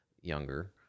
younger